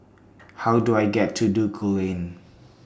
How Do I get to Duku Lane